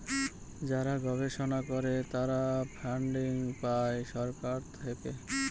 যারা গবেষণা করে তারা ফান্ডিং পাই সরকার থেকে